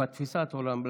בתפיסת עולם,